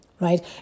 right